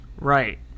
Right